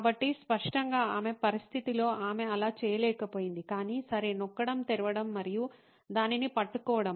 కాబట్టి స్పష్టంగా ఆమె పరిస్థితితో ఆమె అలా చేయలేకపోయింది గాని "సరే నొక్కడం" తెరవడం మరియు దానిని పట్టుకోవడం